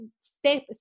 step